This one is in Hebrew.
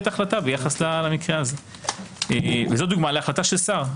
החלטה ביחס למקרה הזה וזו דוגמה להחלטה של שר,